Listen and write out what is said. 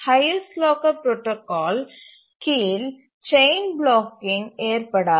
highest locker protocol கீழ் chain blocking ஏற்படாது